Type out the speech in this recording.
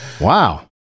Wow